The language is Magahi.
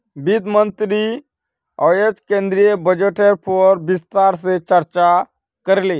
वित्त मंत्री अयेज केंद्रीय बजटेर पर विस्तार से चर्चा करले